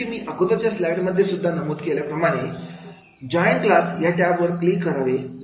जसे की मी अगोदरच्या स्लाइडमध्ये सुद्धा नमूद केल्याप्रमाणे जोईन क्लास या टॅबवर क्लिक करावे